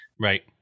Right